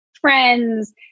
friends